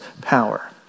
power